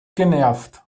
genervt